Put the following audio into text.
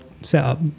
setup